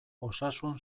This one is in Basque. osasun